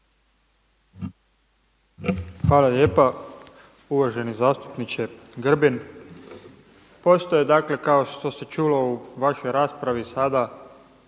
Hvala lijepa. Uvaženi zastupniče Grbin. Postoji dakle kao što se čulo u vašoj raspravi sada